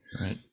Right